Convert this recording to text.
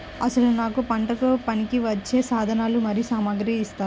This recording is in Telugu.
అసలు నాకు పంటకు పనికివచ్చే సాధనాలు మరియు సామగ్రిని ఇస్తారా?